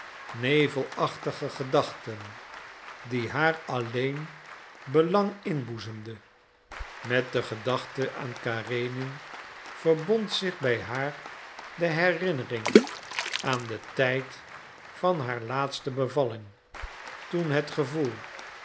nevelachtige gedachte die haar alleen belang inboezemde met de gedachte aan karenin verbond zich bij haar de herinnering aan den tijd van haar laatste bevalling toen het gevoel